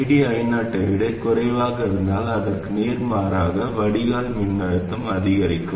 ID I0 ஐ விட குறைவாக இருந்தால் அதற்கு நேர்மாறாக வடிகால் மின்னழுத்தம் அதிகரிக்கும்